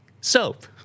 soap